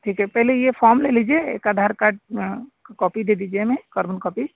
ठीक है पहले ये फॉर्म ले लीजिए एक आधार कार्ड कॉपी दे दीजिए हमें कार्बन कॉपी